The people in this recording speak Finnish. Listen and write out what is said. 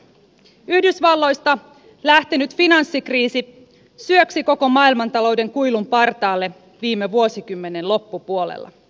yhdysvalloista lähtenyt finanssikriisi syöksi koko maailmantalouden kuilun partaalle viime vuosikymmenen loppupuolella